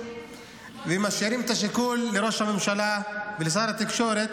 ומשאירים את השיקול לראש הממשלה ולשר התקשורת,